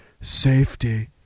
safety